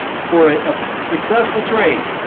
for a successful trade,